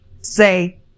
say